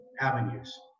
avenues